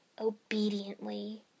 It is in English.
obediently